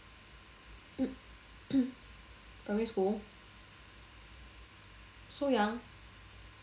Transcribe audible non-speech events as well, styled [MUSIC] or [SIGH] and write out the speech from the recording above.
[COUGHS] primary school so young